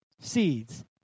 seeds